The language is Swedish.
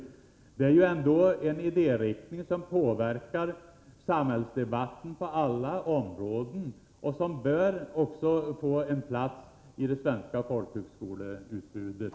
Marxismen är ju ändå en idériktning som påverkar samhällsdebatten på alla områden och som också bör få en plats i det svenska folkhögskoleutbudet.